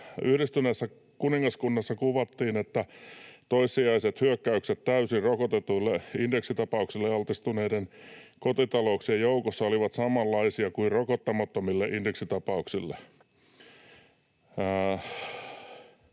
Yhdistyneessä kuningaskunnassa kuvattiin, että toissijaiset hyökkäykset täysin rokotetuille indeksitapauksille altistuneiden kotitalouksien joukossa olivat samanlaisia kuin rokottamattomille indeksitapauksille.”